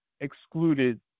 excluded